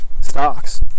stocks